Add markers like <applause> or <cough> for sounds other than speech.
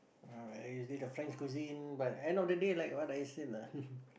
ah but usually the French cuisine but end of the day like what I said lah <laughs>